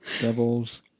Devil's